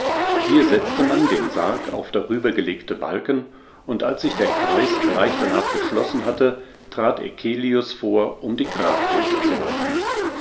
hier setzte man den sarg auf darüber gelegte balken und als sich der kreis gleich danach geschlossen hatte trat eccelius vor um die grabrede zu halten